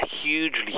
hugely